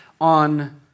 on